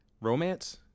romance